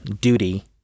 duty